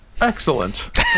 excellent